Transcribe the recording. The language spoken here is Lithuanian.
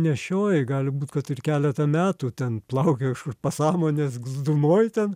nešioji gali būt kad ir keletą metų ten plaukiojo kažkur pasąmonės glūdumoj ten